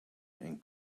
and